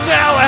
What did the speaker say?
Now